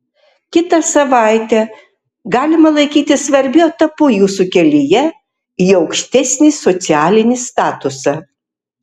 kitą savaitę galima laikyti svarbiu etapu jūsų kelyje į aukštesnį socialinį statusą